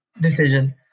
decision